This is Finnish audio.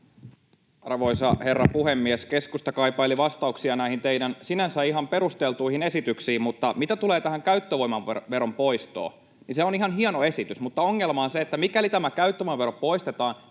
Arvoisa herra puhemies! Keskusta kaipaili vastauksia teidän sinänsä ihan perusteltuihin esityksiinne. Mitä tulee käyttövoimaveron poistoon, se on ihan hieno esitys, mutta ongelma on se, että mikäli tämä käyttövoimavero poistetaan,